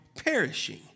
perishing